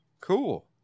Cool